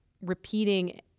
repeating